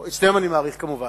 את שניהם אני מעריך כמובן.